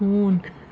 ہوٗن